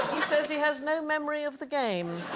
says he has no memory of the game